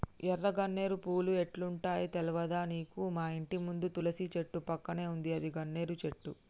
ఎర్ర గన్నేరు పూలు ఎట్లుంటయో తెల్వదా నీకు మాఇంటి ముందు తులసి చెట్టు పక్కన ఉందే అదే గన్నేరు చెట్టు